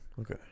Okay